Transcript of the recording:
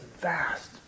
vast